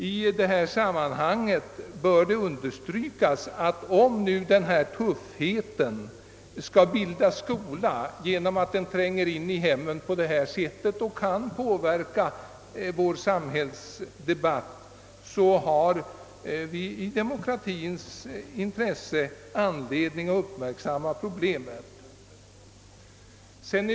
I detta sammanhang bör det understrykas att om sådan tuffhet nu skall få bilda skola genom att tränga in i hemmen på detta sätt och påverka vår samhällsdebatt, så har vi i demokratiens intresse anledning att uppmärksamma problemet.